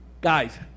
Guys